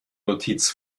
notiz